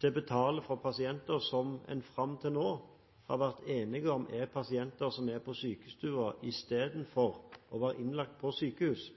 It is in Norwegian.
til å betale for pasienter som en fram til nå har vært enige om er pasienter som er på sykestua istedenfor å være innlagt på sykehus,